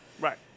Right